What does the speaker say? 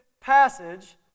passage